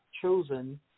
chosen